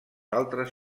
altres